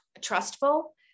trustful